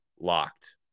LOCKED